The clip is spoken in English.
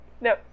No